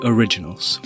Originals